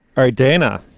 ah dana,